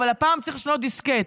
אבל הפעם צריך לשנות דיסקט,